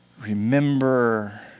remember